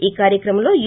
ఈ కార్యక్రమంలో యు